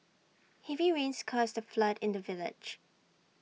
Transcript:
heavy rains caused A flood in the village